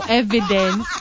evidence